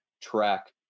track